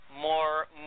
More